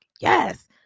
yes